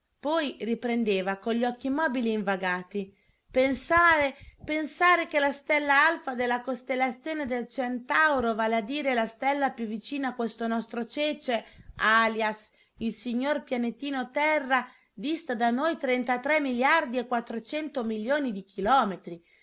poi riprendeva con gli occhi immobili e invagati pensare pensare che la stella alfa della costellazione del centauro vale a dire la stella più vicina a questo nostro cece alias il signor pianetino terra dista da noi trentatré miliardi e quattrocento milioni di chilometri